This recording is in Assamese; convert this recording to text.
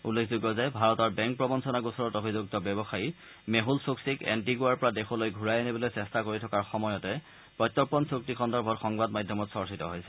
উল্লেখযোগ্য যে ভাৰতৰ বেংক প্ৰবঞ্ণনা গোচৰত অভিযুক্ত ব্যৱসায়ী মেছল চোক্চিক এণ্টিগুৱাৰ পৰা দেশলৈ ঘূৰাই আনিবলৈ চেষ্টা কৰি থকাৰ সময়তে প্ৰত্যৰ্পণ চুক্তি সন্দৰ্ভত সংবাদ মাধ্যমত চৰ্চিত হৈছে